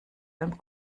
beim